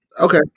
Okay